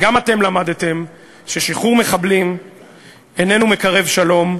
גם אתם למדתם ששחרור מחבלים איננו מקרב שלום,